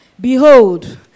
Behold